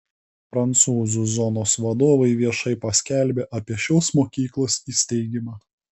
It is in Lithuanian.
prancūzų zonos vadovai viešai paskelbė apie šios mokyklos įsteigimą